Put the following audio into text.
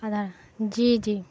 آدھار جی جی